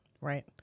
Right